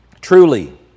Truly